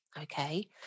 Okay